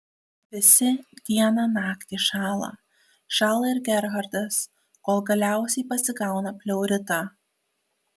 visi dieną naktį šąla šąla ir gerhardas kol galiausiai pasigauna pleuritą